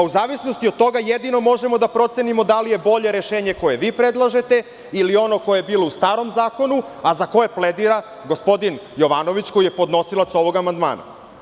U zavisnosti od toga jedino možemo da procenim o da li je bolje rešenje koje vi predlažete ili ono koje je bilo u starom zakonu, a za koje pledira gospodin Jovanović, koji je podnosilac ovog amandmana.